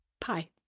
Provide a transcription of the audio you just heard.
Pie